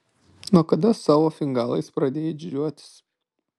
nuo kada savo fingalais pradėjai didžiuotis